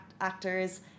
actors